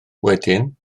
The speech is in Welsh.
wedyn